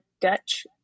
Dutch